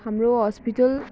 हाम्रो हस्पिटल